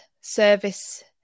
service